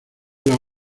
las